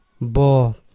Bo